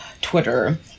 Twitter